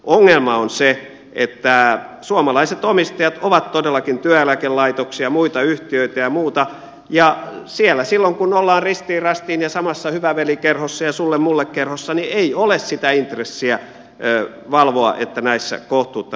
ongelma on se että suomalaiset omistajat ovat todellakin työeläkelaitoksia ja muita yhtiöitä ja muita ja siellä silloin kun ollaan ristiin rastiin ja samassa hyvä veli kerhossa ja sullemulle kerhossa ei ole sitä intressiä valvoa että näissä kohtuutta noudatettaisiin